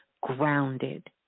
grounded